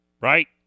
right